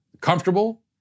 comfortable